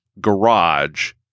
garage